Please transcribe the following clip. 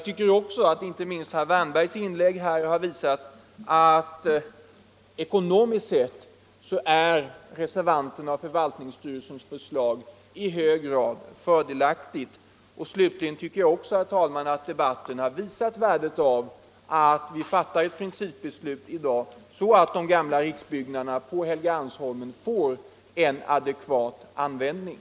Inte minst herr Wärnbergs inlägg har visat att ekonomiskt sett är reservanternas och förvaltningsstyrelsens förslag fördelaktigt. Slutligen tycker jag också att debatten har visat värdet av att vi fattar ett principbeslut i dag, så att de gamla riksbyggnaderna på Helgeandsholmen får en adekvat användning.